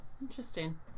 Interesting